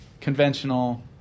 conventional